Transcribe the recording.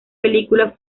película